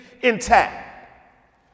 intact